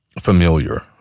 familiar